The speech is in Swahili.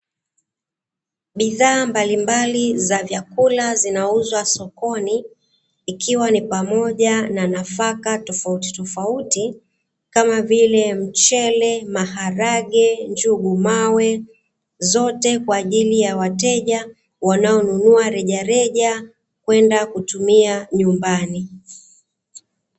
Bidhaa mbalimbali za vyakula zinauzwa sokoni, ikiwa ni pamoja na nafaka tofautitofauti, kama vile mchele, maharage, njugu mawe zote kwa ajili ya wateja wanaonunua rejareja kwenda kutumia nyumbani.